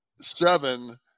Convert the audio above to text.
seven